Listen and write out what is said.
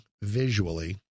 visually